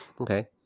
okay